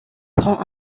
prends